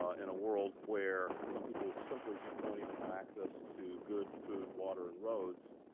ah in a world where some people simply just don't even have access to good food, water, and roads.